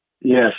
Yes